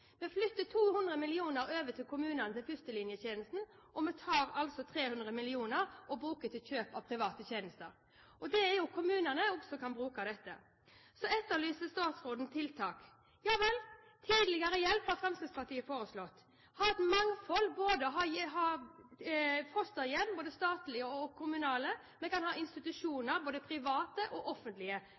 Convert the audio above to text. Vi flytter 200 mill. kr over til kommunene og førstelinjetjenesten, og vi tar 300 mill. kr og bruker dem til kjøp av private tjenester. Kommunene kan også benytte seg av disse. Så etterlyser statsråden tiltak – ja vel. Fremskrittspartiet har foreslått tidligere hjelp, det å ha et mangfold, både statlige og kommunale fosterhjem. Vi kan ha institusjoner, både private og offentlige.